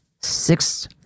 six